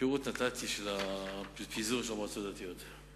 את הפירוט של הפיזור של המועצות הדתיות נתתי.